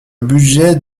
budget